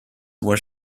were